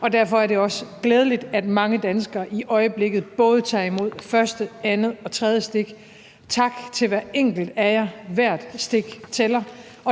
og derfor er det jo også glædeligt, at mange danskere i øjeblikket både tager imod første, andet og tredje stik. Tak til hver enkelt af jer, hvert stik tæller.